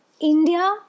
India